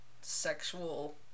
sexual